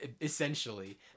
Essentially